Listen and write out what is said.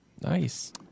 Nice